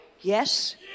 Yes